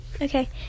okay